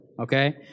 okay